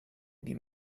die